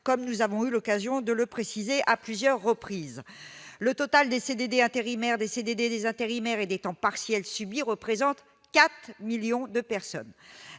comme nous avons eu l'occasion de le préciser, à plusieurs reprises le total des CDD, intérimaires, des CDD, des intérimaires et des temps partiels subis représente 4 millions de personnes,